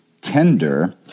tender